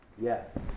Yes